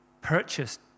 purchased